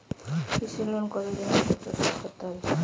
কৃষি লোন কতদিন অন্তর শোধ করতে হবে?